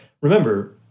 Remember